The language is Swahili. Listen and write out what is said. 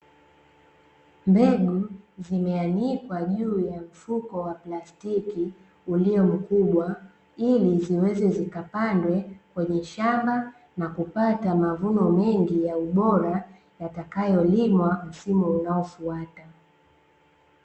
Mbegu zimeanikwa juu ya mfuko wa plastiki uliomkubwa, ili ziweze zikapandwe kwenye shamba na kupata mavuno mengi ya ubora yatakayolimwa msimu unaofuata.